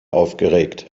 aufgeregt